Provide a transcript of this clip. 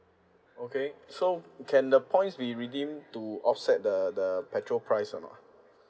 okay so can the points be redeem to offset the the petrol price or not